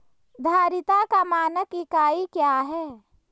धारिता का मानक इकाई क्या है?